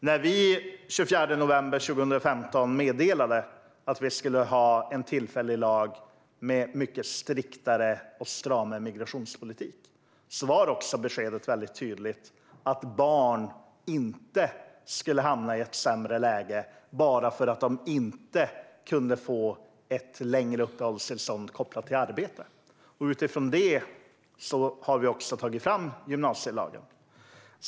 När vi den 24 november 2015 meddelade att vi skulle införa en tillfällig lag med mycket striktare och stramare migrationspolitik gav vi också ett tydligt besked om att barn inte skulle hamna i ett sämre läge bara för att de inte kunde få ett längre uppehållstillstånd kopplat till arbete. Utifrån det har vi därför tagit fram gymnasielagen.